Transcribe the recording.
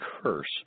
curse